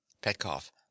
Petkoff